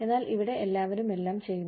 എന്നാൽ ഇവിടെ എല്ലാവരും എല്ലാം ചെയ്യുന്നു